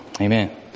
Amen